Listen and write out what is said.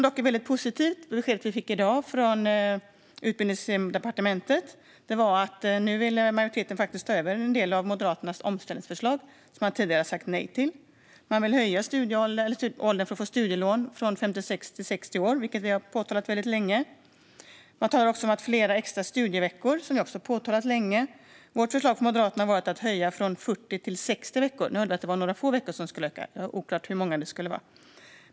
Dock är det besked vi fick i dag från Utbildningsdepartementet väldigt positivt, nämligen att majoriteten nu vill ta över en del av Moderaternas omställningsförslag som man tidigare sagt nej till. Man vill höja åldersgränsen för att få ta studielån från 56 till 60 år, något vi har talat om väldigt länge. Man talar också om flera extra studieveckor, något som vi också har talat om länge. Moderaternas förslag var att höja från 40 till 60 veckor. Nu hörde jag att det bara var med några få veckor det skulle öka, oklart hur många.